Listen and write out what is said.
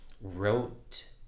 wrote